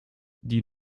die